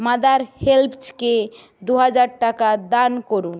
mother হেল্পসকে দুহাজার টাকা দান করুন